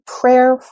prayer